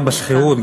גם בשכירות,